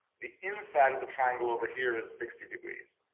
the inside of the triangle over here is sixty degrees.